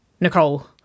Nicole